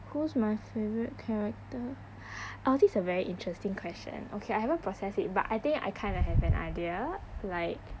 who's my favourite character oh this is a very interesting question okay I haven't process it but I think I kind of have an idea like